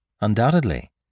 undoubtedly